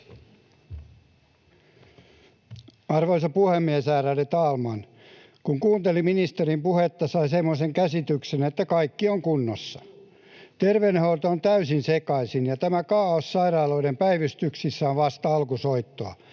Arvoisa puhemies, ärade talman! Kun kuunteli ministerin puhetta, sai semmoisen käsityksen, että kaikki on kunnossa. Terveydenhuolto on täysin sekaisin, ja tämä kaaos sairaaloiden päivystyksissä on vasta alkusoittoa.